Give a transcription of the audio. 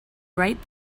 right